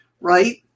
right